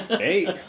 eight